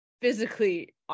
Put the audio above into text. physically